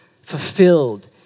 fulfilled